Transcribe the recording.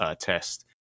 test